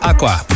Aqua